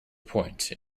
point